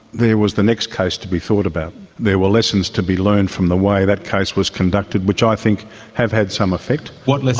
there was the next case to be thought about. there were lessons to be learned from the way that case was conducted, which i think have had some effect. what lessons